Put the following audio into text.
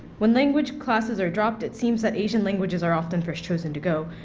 when language classes are dropped it seems that asian languages are often first choice and to go,